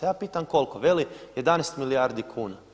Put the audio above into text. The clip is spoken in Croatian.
A ja pitam koliko, veli 11 milijardi kuna.